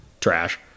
Trash